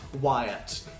Wyatt